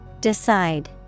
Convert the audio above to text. Decide